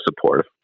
supportive